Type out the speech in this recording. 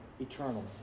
eternal